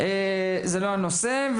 זה לא הנושא.